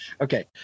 Okay